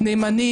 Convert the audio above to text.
להתקדם.